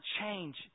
change